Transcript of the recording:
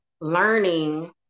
learning